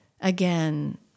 Again